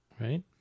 right